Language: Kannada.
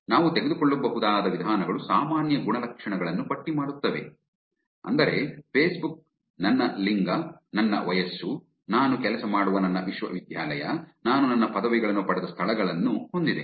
ನಾವು ತೆಗೆದುಕೊಳ್ಳಬಹುದಾದ ವಿಧಾನಗಳು ಸಾಮಾನ್ಯ ಗುಣಲಕ್ಷಣಗಳನ್ನು ಪಟ್ಟಿ ಮಾಡುತ್ತವೆ ಅಂದರೆ ಫೇಸ್ಬುಕ್ ನನ್ನ ಲಿಂಗ ನನ್ನ ವಯಸ್ಸು ನಾನು ಕೆಲಸ ಮಾಡುವ ನನ್ನ ವಿಶ್ವವಿದ್ಯಾಲಯ ನಾನು ನನ್ನ ಪದವಿಗಳನ್ನು ಪಡೆದ ಸ್ಥಳಗಳನ್ನು ಹೊಂದಿದೆ